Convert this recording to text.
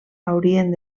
haurien